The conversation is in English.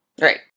Right